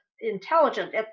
intelligent